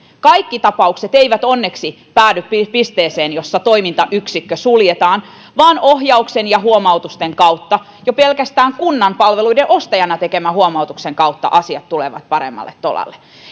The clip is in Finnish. kaikki tapaukset eivät onneksi päädy pisteeseen jossa toimintayksikkö suljetaan vaan ohjauksen ja huomautusten kautta jo pelkästään kunnan palveluiden ostajana tekemän huomautuksen kautta asiat tulevat paremmalle tolalle